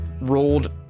rolled